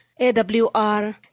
AWR